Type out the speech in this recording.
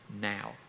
now